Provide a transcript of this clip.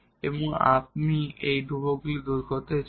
এবং এখন আপনি এই ধ্রুবকগুলি দূর করতে চান